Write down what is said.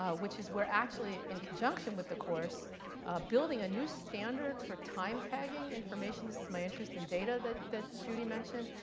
ah which is we're actually in conjunction with the course building a new standard for time tagging information. this is my interest in data that judy mentioned.